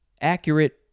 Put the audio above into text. accurate